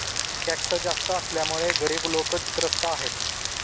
tax जास्त असल्यामुळे गरीब लोकं त्रस्त आहेत